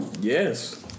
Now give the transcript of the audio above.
Yes